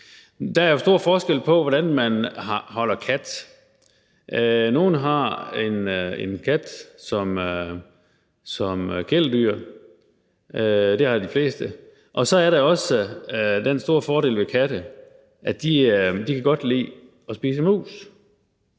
Der er jo stor forskel på, hvordan man holder kat. Nogle har en kat som kæledyr – det har de fleste. Og så er der også den store fordel ved katte, at de godt kan lide at spise mus.